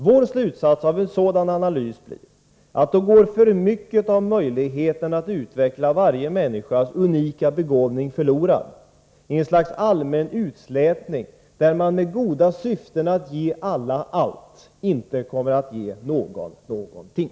Vår slutsats av en sådan analys är att då går för mycket av möjligheterna att utveckla varje människas unika begåvning förlorad i ett slags allmän utslätning, där man med det goda syftet att ge alla allt inte kommer att ge någon någonting.